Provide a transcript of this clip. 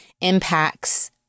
impacts